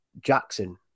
Jackson